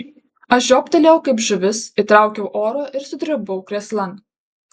aš žioptelėjau kaip žuvis įtraukiau oro ir sudribau krėslan